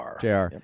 jr